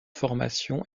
formation